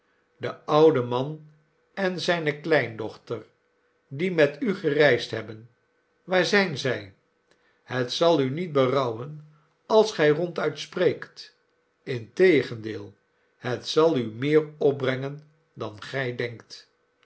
de oude man en zijne kleindochter die met u gereisd hebben waar zijn zij het zal u niet berouwen als gij ronduit spreekt integendeel het zal u meer opbrengen dan gij denkt